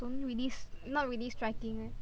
don't really not really striking leh